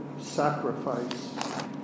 sacrifice